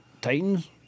Titans